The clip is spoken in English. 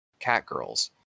catgirls